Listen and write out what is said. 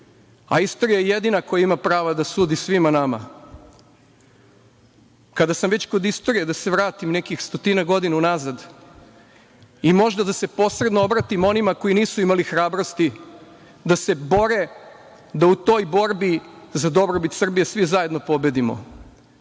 a istorija je jedina koja ima prava da sudi svima nama. Kada sam već kod istorije da se vratim nekih stotinak godina unazad i možda da se posebno obratim onima koji nisu imali hrabrosti da se bore da u toj borbi za dobrobit Srbije svi zajedno pobedimo.